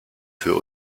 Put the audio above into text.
für